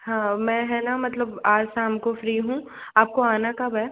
हाँ मैं है ना मतलब आज शाम को फ्री हूँ आपको आना कब है